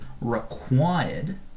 required